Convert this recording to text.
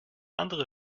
andere